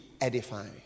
edifying